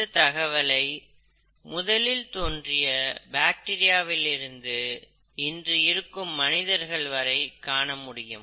இந்த தகவலை முதலில் தோன்றிய பாக்டீரியாவில் இருந்து இன்று இருக்கும் மனிதர்கள் வரை காணமுடியும்